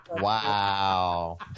Wow